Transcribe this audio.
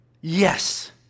Yes